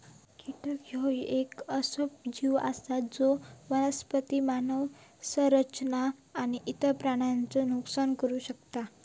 कीटक ह्यो येक असो जीव आसा जो वनस्पती, मानव संरचना आणि इतर प्राण्यांचा नुकसान करू शकता